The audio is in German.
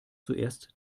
zuerst